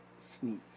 sneeze